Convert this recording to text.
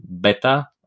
beta